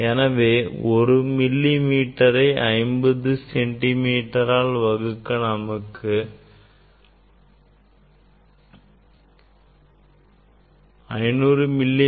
எனவே ஒரு மில்லி மீட்டரை 500 மி